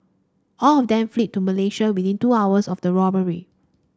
all of them fled to Malaysia within two hours of the robbery